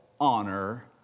honor